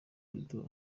duto